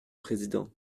président